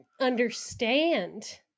understand